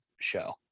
show